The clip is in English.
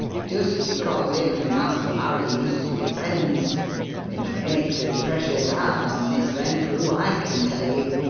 just because him and master harry used to be friends which makes it precious hard on miss renfrew, i can tell you.